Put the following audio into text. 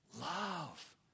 Love